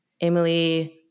Emily